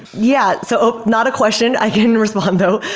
yeah. so not a question. i can respond though.